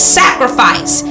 sacrifice